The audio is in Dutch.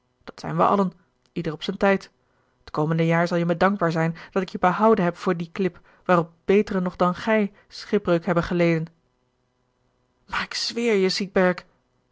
dat zijn we allen ieder op zijn tijd t komende jaar zal je me dankbaar zijn dat ik je behouden heb voor die klip waarop beteren nog dan gij schipbreuk hebben geleden maar ik zweer je siegherg